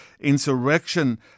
insurrection